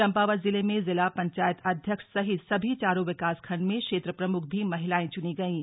चम्पावत जिले में जिला पंचायत अध्यक्ष सहित सभी चारों विकासखण्डों में क्षेत्र प्रमुख भी महिलाएं चुनी गईं